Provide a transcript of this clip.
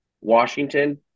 Washington –